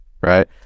right